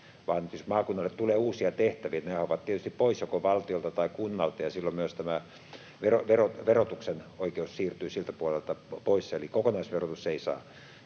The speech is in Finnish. vaan jos maakunnalle tulee uusia tehtäviä, niin nehän ovat tietysti pois joko valtiolta tai kunnalta, ja silloin myös tämä verotuksen oikeus siirtyy siltä puolelta pois, eli kokonaisverotus ei saa